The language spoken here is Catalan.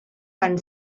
van